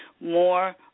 more